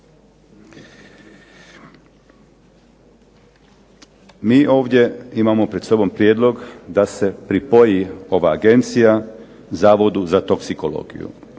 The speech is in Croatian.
Mi ovdje imamo pred sobom prijedlog da se pripoji ova agencija Zavodu za toksikologiju.